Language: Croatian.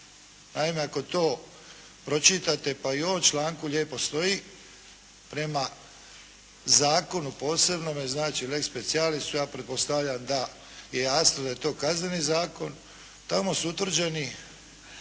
Naime ako to pročitate pa i u ovom članku lijepo stoji, prema zakonu posebnome znači lex specialis ja pretpostavljam da je jasno da je to Kazneni zakon, tamo su utvrđeni